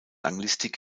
anglistik